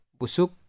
busuk